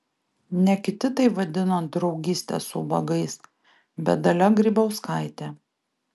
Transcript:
ne kiti tai vadino draugyste su ubagais bet dalia grybauskaitė